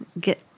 get